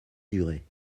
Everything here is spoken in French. durée